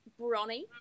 Bronny